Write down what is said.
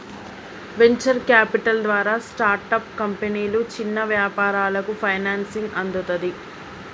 venture capital ద్వారా startup కంపెనీలు, చిన్న వ్యాపారాలకు ఫైనాన్సింగ్ అందుతది